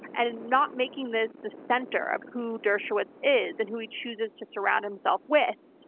and and not making this the center of who dershowitz is, and who he chooses to surround himself with,